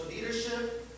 leadership